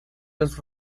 los